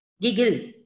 Giggle